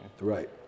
Right